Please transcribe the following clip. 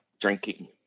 drinking